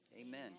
amen